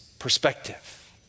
perspective